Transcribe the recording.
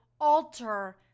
alter